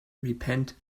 repent